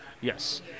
Yes